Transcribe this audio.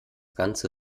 ganze